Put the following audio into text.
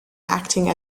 acting